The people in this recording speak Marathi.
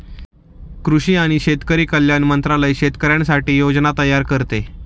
कृषी आणि शेतकरी कल्याण मंत्रालय शेतकऱ्यांसाठी योजना तयार करते